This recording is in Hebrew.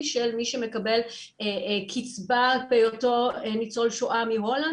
של מי שמקבל קצבה באותו ניצול שואה מהולנד,